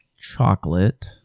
chocolate